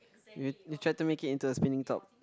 we try to make into a spinning top